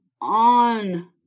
on